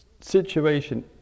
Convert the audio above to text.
situation